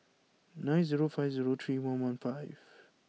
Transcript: nine zero five zero three one one five